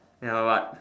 ya but